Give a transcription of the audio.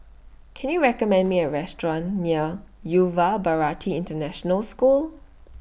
Can YOU recommend Me A Restaurant near Yuva Bharati International School